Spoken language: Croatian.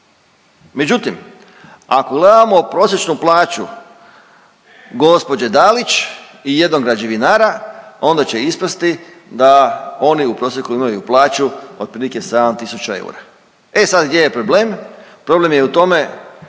Međutim, ako gledamo prosječnu plaću gđe. Dalić i jednog građevinara onda će ispasti da oni u prosjeku imaju plaću otprilike 7 tisuća eura. E sad, gdje je problem? Problem je u tome